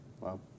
Wow